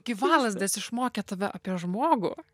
gyvalazdės išmokė tave apie žmogų